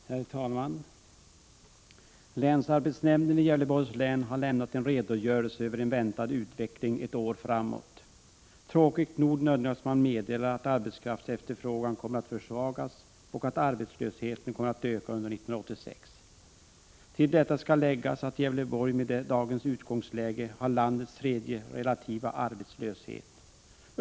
Herr talman! Länsarbetsnämnden i Gävleborgs län har lämnat en redogörelse för den väntade utvecklingen under ett år framåt. Tråkigt nog nödgas man meddela att efterfrågan på arbetskraft kommer att försvagas och att arbetslösheten kommer att öka under 1986. Till detta skall läggas att Gävleborg med dagens utgångsläge kommer på tredje plats när det gäller den relativa arbetslösheten.